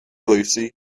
lucy